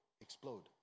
explode